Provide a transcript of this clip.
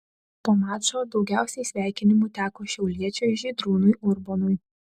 po mačo daugiausiai sveikinimų teko šiauliečiui žydrūnui urbonui